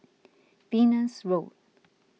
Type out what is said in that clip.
Venus Road